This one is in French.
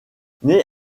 née